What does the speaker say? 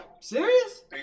Serious